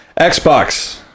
Xbox